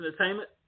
Entertainment